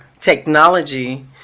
technology